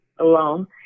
alone